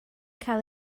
cael